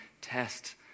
test